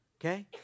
Okay